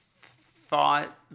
thought